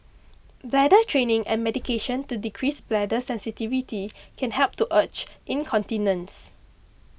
bladder training and medication to decrease bladder sensitivity can help to urge incontinence